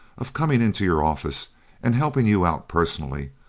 of coming into your office and helping you out personally,